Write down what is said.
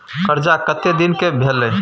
कर्जा कत्ते दिन के भेलै?